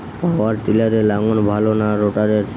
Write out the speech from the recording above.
পাওয়ার টিলারে লাঙ্গল ভালো না রোটারের?